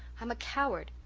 i'm a coward.